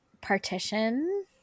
partition